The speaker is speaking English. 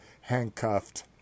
handcuffed